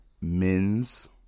men's